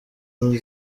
uzi